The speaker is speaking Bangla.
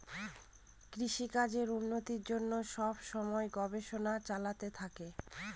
কৃষিকাজের উন্নতির জন্য সব সময় গবেষণা চলতে থাকে